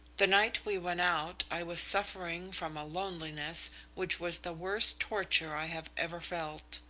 the night we went out i was suffering from a loneliness which was the worst torture i have ever felt.